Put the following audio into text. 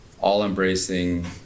all-embracing